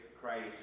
Christ